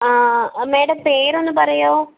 ആ മാഡം പേരൊന്നു പറയുമോ